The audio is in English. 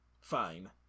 fine